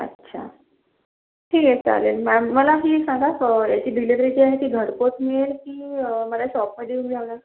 अच्छा ठीक आहे चालेल मॅम मला ही सांगा याची डिलिव्हरी जी आहे ती घरपोच मिळेल की मला शॉपमध्ये येऊन घ्यावं लागेल